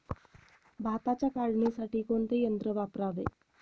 भाताच्या काढणीसाठी कोणते यंत्र वापरावे?